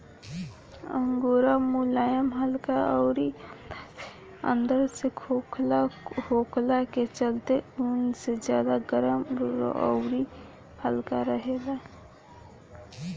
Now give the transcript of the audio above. angora मुलायम हल्का अउरी अंदर से खोखला होखला के चलते ऊन से ज्यादा गरम अउरी हल्का रहेला